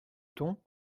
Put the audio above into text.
ton